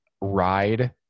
ride